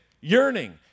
yearning